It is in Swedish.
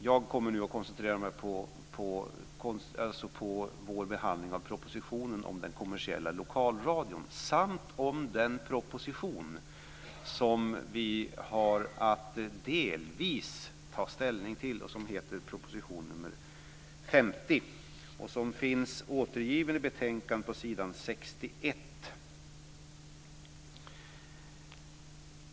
Jag kommer nu att koncentrera mig på vår behandling av propositionen om den kommersiella lokalradion samt den proposition vi har att delvis ta ställning till, och som heter proposition nr 50. Den finns återgiven i betänkandet på s. 61.